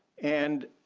and